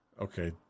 Okay